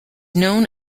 known